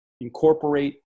incorporate